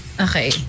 okay